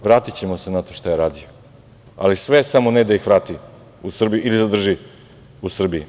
Vratićemo se na to što je radio, ali sve samo ne da ih vrati u Srbiju ili da ih zadrži u Srbiji.